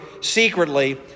secretly